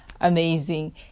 amazing